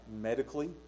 medically